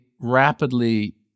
rapidly